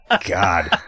God